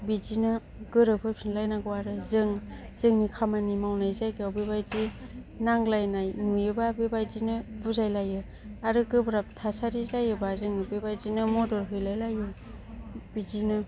बिदिनो गोरोबहोफिनलायनांगौ आरो जों जोंनि खामानि मावनाय जायगायाव बेबायदि नांज्लायनाय नुयोबा बेबायदिनो बुजायलायो आरो गोब्राब थासारि जायोबा जों बेबायदिनो मदद हैलायलायो बिदिनो